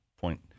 point